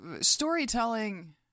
storytelling